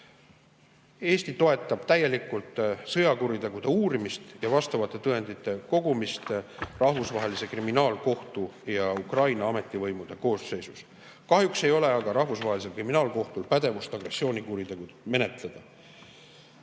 Eesti toetab täielikult sõjakuritegude uurimist ja vastavate tõendite kogumist Rahvusvahelise Kriminaalkohtu ja Ukraina ametivõimude [koostöös]. Kahjuks ei ole aga Rahvusvahelisel Kriminaalkohtul pädevust agressioonikuritegu menetleda. Seega,